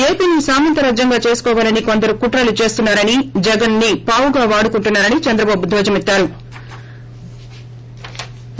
ఏపీని సామంతరాజ్యంగా చేసుకోవాలని కొందరు కుట్రలు చేస్తున్నా రని జగన్ని పావుగా వాడుకుంటున్నా రని చంద్రబాబు ధ్వజమెత్తారు